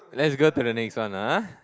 let's go to the next one (uh huh)